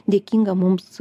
dėkinga mums